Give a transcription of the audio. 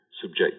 subject